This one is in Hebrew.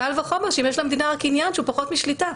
קל וחומר שאם יש למדינה רק עניין שהוא פחות משליטה.